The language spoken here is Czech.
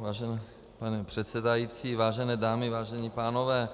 Vážený pane předsedající, vážené dámy, vážení pánové,